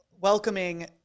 welcoming